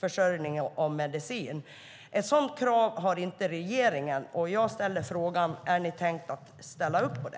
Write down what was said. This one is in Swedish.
försörjningen av medicin. Ett sådant krav har inte regeringen. Jag ställer frågan: Är det tänkt att ni ställer upp på det?